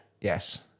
Yes